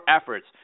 efforts